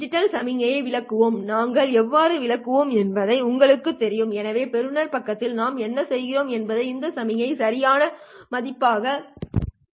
digital சமிக்ஞையை விளக்குவோம் நாங்கள் எவ்வாறு விளக்குவோம் என்பது உங்களுக்குத் தெரியும் எனவே பெறுநர் பக்கத்தில் நாம் என்ன செய்கிறோம் என்பதே இந்த சமிக்ஞையை சரியான மாதிரியாக செய்கிறோம்